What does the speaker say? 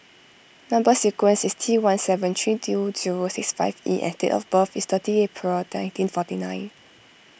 Number Sequence is T one seven three do two six five E and date of birth is thirty April nineteen forty nine